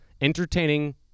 entertaining